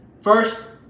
First